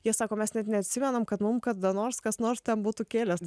jie sako mes net neatsimenam kad mum kada nors kas nors ten būtų kėlęs